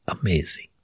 amazing